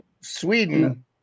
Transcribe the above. Sweden